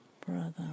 brother